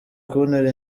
kuntera